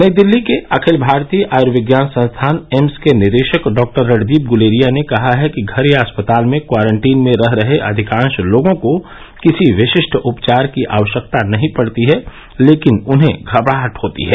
नई दिल्ली के अखिल भारतीय आयुर्विज्ञान संस्थान एम्स के निदेशक डॉक्टर रणदीप गुलेरिया ने कहा है कि घर या अस्पताल में क्वारंटीन में रह रहे अधिकांश लोगों को किसी विशिष्ट उपचार की आवश्यकता नहीं पड़ती है लेकिन उन्हें घबराहट होती है